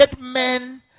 men